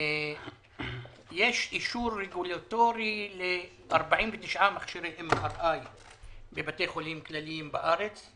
יש אישור רגולטורי ל-49 מכשירי MRI לבתי חולים כלליים בארץ;